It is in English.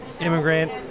immigrant